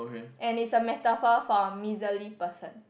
and it's a metaphor for miserly person